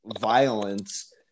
violence